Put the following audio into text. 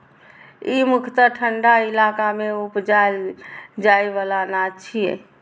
ई मुख्यतः ठंढा इलाका मे उपजाएल जाइ बला अनाज छियै